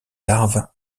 larves